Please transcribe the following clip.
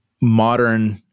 modern